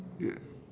ya